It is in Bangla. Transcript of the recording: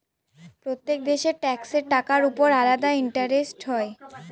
প্রত্যেক দেশের ট্যাক্সের টাকার উপর আলাদা ইন্টারেস্ট হয়